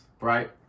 Right